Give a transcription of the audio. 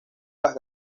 las